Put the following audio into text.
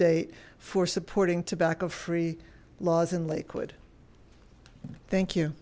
date for supporting tobacco free laws in lakewood thank you